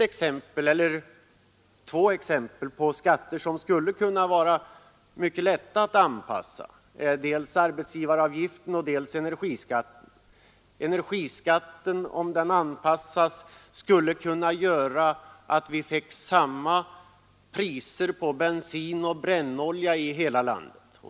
Exempel på skatter som skulle vara mycket lätta att anpassa och använda som regionalpolitiskt instrument är arbetsgivaravgiften och energiskatten. En anpassning av energiskatten skulle kunna medföra att vi fick samma priser på bensin och brännolja i hela landet.